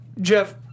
Jeff